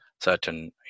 certain